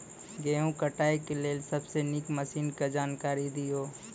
गेहूँ कटाई के लेल सबसे नीक मसीनऽक जानकारी दियो?